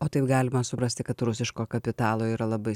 o taip galima suprasti kad rusiško kapitalo yra labai